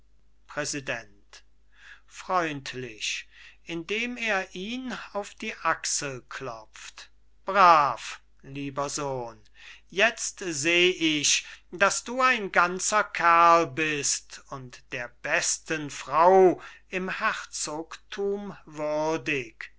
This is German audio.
präsident freundlich indem er ihn auf die achsel klopft brav lieber sohn jetzt seh ich daß du ein ganzer kerl bist und der besten frau im herzogthum